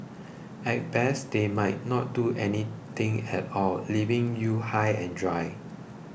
at best they might not do anything at all leaving you high and dry